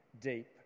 deep